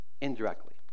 indirectly